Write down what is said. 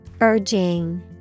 Urging